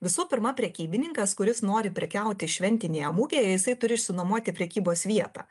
visų pirma prekybininkas kuris nori prekiauti šventinėje mugėje jisai turi išsinuomoti prekybos vietą